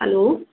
hello